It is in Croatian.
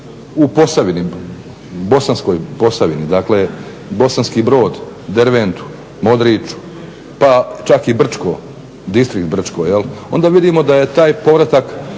u Posavini, Bosanskoj Posavini, dakle Bosanski Brod, Derventu, Modriću, pa čak i Brčko, Distrikt Brčko, onda vidimo da je taj povratak